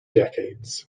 decades